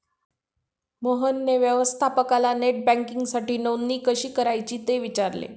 मोहनने व्यवस्थापकाला नेट बँकिंगसाठी नोंदणी कशी करायची ते विचारले